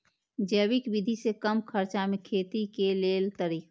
जैविक विधि से कम खर्चा में खेती के लेल तरीका?